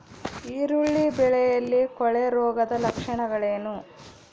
ಈರುಳ್ಳಿ ಬೆಳೆಯಲ್ಲಿ ಕೊಳೆರೋಗದ ಲಕ್ಷಣಗಳೇನು?